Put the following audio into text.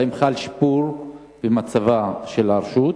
והאם חל שיפור במצב הרשות?